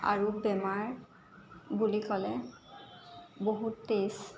আৰু বেমাৰ বুলি ক'লে বহুত টেষ্ট